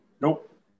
Nope